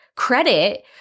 credit